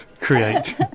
create